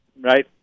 Right